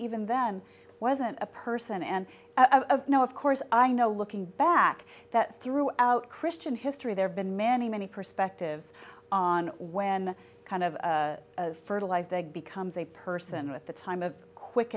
even then wasn't a person and of no of course i know looking back that throughout christian history there have been many many perspectives on when kind of a fertilized egg becomes a person with the time of quick